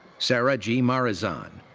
sarah g. marizan.